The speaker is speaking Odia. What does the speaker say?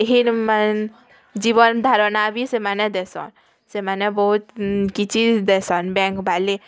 ଜୀବନ୍ ଧାରଣା ବି ସେମାନେ ଦେସନ୍ ସେମାନେ ବୋହୁତ୍ କିଛି ଦେସନ୍ ବ୍ୟାଙ୍କ୍ ବାଲେ ଆମକୁ